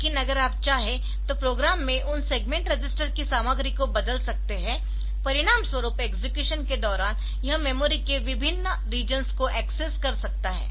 लेकिन अगर आप चाहे तो प्रोग्राम में उन सेगमेंट रजिस्टर की सामग्री को बदल सकते है परिणामस्वरूप एक्सेक्यूशन के दौरान यह मेमोरी के विभिन्न रिजियन्स को एक्सेस कर सकता है